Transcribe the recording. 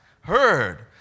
heard